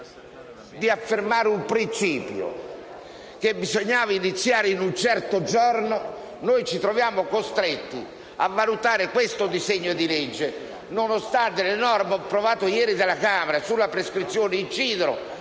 di affermare il principio che bisognava iniziare in un certo giorno, ci troviamo costretti a valutarlo, nonostante le norme approvate ieri dalla Camera sulla prescrizione incidano